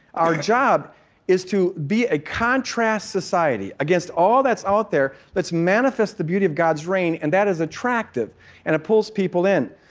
our job is to be a contrast society against all that's out there. let's manifest the beauty of god's reign. and that is attractive and it pulls people in.